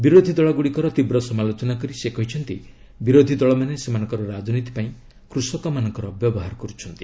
ବିରୋଧୀ ଦଳଗୁଡ଼ିକର ତୀବ୍ର ସମାଲୋଚନା କରି ସେ କହିଛନ୍ତି ବିରୋଧୀ ଦଳମାନେ ସେମାନଙ୍କ ରାଜନୀତି ପାଇଁ କୃଷକମାନଙ୍କର ବ୍ୟବହାର କରୁଛନ୍ତି